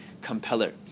compeller